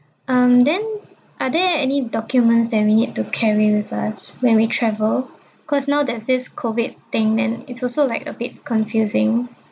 um then are there any documents that we need to carry with us when we travel cause now there's this COVID thing and it's also like a bit confusing